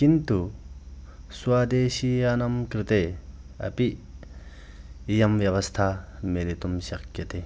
किन्तु स्वदेशीयानां कृते अपि इयं व्यवस्था मिलितुं शक्यते